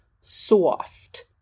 soft